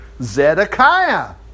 Zedekiah